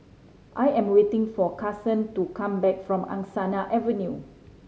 I am waiting for Carson to come back from Angsana Avenue